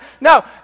No